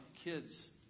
kids